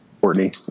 Courtney